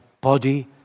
body